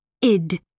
Id